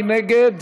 מי נגד?